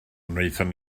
wnaethon